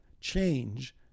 change